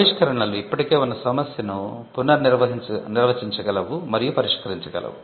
ఆవిష్కరణలు ఇప్పటికే ఉన్న సమస్యను పునర్నిర్వచించగలవు మరియు పరిష్కరించగలవు